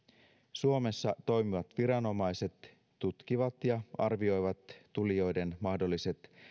suomessa toimivat viranomaiset tutkivat ja arvioivat tulijoiden mahdolliset